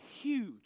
huge